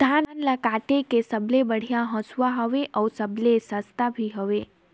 धान ल काटे के सबले बढ़िया हंसुवा हवये? अउ सबले सस्ता भी हवे?